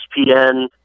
ESPN